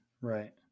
Right